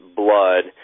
blood